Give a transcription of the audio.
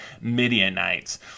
Midianites